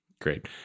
Great